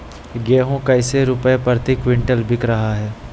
गेंहू कैसे रुपए प्रति क्विंटल बिक रहा है?